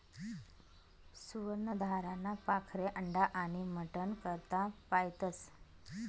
सुवर्ण धाराना पाखरे अंडा आनी मटन करता पायतस